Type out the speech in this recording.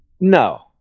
No